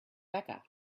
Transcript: becca